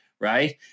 right